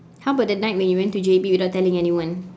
how about the night when you went to J_B without telling anyone